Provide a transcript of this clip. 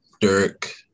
Dirk